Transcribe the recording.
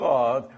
God